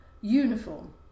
uniform